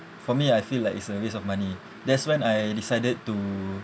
for me I feel like it's a waste of money that's when I decided to